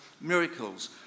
miracles